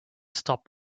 stop